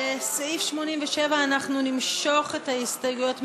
סעיף 87. אנחנו נמשוך את הסתייגויות 111,